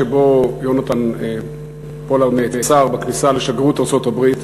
שבו יונתן פולארד נעצר בכניסה לשגרירות ארצות-הברית.